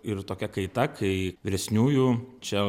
ir tokia kaita kai vyresniųjų čia